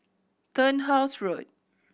Turnhouse Road